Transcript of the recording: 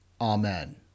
Amen